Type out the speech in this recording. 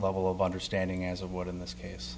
level of understanding as of what in this case